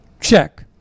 Check